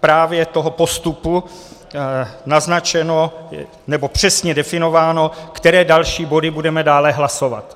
právě toho postupu naznačeno nebo přesně definováno, které další body budeme dále hlasovat.